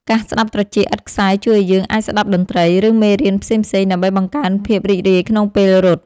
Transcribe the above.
កាសស្ដាប់ត្រចៀកឥតខ្សែជួយឱ្យយើងអាចស្ដាប់តន្ត្រី ឬមេរៀនផ្សេងៗដើម្បីបង្កើនភាពរីករាយក្នុងពេលរត់។